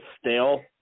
stale